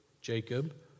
Jacob